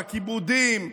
בכיבודים,